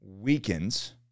weakens